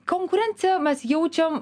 konkurenciją mes jaučiam